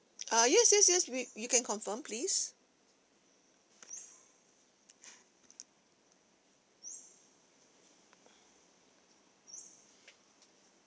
ah yes yes yes we you can confirm please